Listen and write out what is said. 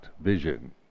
vision